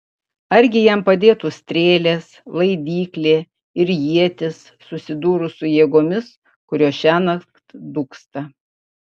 argi jam padėtų strėlės laidyklė ir ietis susidūrus su jėgomis kurios šiąnakt dūksta